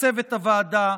לצוות הוועדה,